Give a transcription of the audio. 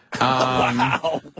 Wow